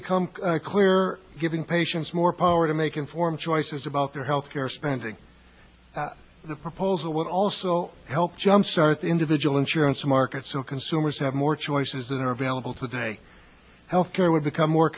become clearer giving patients more power to make informed choices about their health care spending the proposal would also help jumpstart the individual insurance market so consumers have more choices that are available today health care would become more